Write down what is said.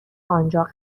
آنجا